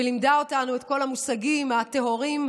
ולימדה אותנו את כל המושגים הטהורים,